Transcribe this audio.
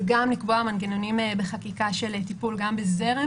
וגם לקבוע מנגנונים בחקיקה של טיפול גם בזרם